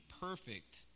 perfect